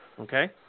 Okay